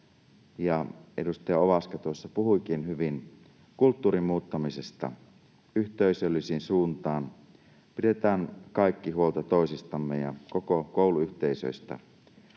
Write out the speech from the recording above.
edustaja Ovaska tuossa puhuikin hyvin kulttuurin muuttamisesta yhteisölliseen suuntaan. Pidetään kaikki huolta toisistamme ja koko kouluyhteisöstä,